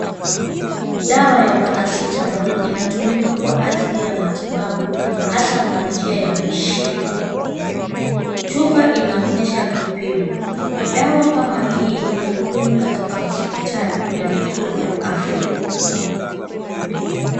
Dawa ya Paracetamol inatumika kwa ajili ya matibabu hasa kwa njia ya mishipa. Chupa inaonyesha kipimo. Dawa kama hii ni muhimu katika hospitali na vituo vya afya.